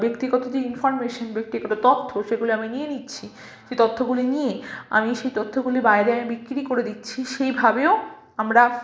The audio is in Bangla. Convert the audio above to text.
ব্যক্তিগত যে ইনফরমেশান ব্যক্তিগত তথ্য সেগুলো আমি নিয়ে নিচ্ছি সে তথ্যগুলি নিয়ে আমি সেই তথ্যগুলি বাইরে আমি বিক্রি করে দিচ্ছি সেইভাবেও আমরা